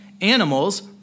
Animals